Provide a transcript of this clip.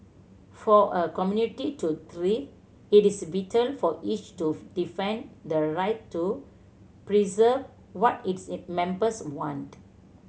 for a community to thrive it is vital for each to defend the right to preserve what its the members want